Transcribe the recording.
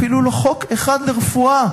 אפילו לא חוק אחד לרפואה.